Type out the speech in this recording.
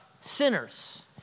sinners